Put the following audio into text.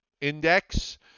index